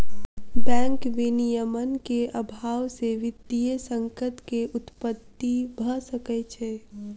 bank विनियमन के अभाव से वित्तीय संकट के उत्पत्ति भ सकै छै